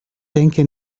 denke